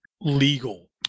legal